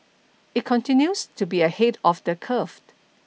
it continues to be ahead of the curve